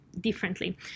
differently